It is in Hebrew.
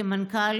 כמנכ"ל,